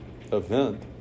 event